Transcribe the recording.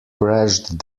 crashed